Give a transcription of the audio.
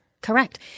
Correct